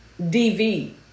DV